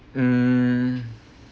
mm